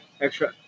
extra